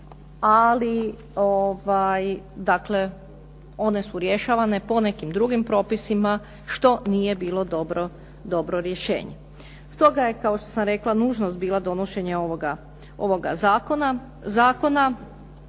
Ali dakle, one su rješavane po nekim drugim propisima što nije bilo dobro rješenje. Stoga je kao što sam rekla nužnost bila donošenje ovoga zakona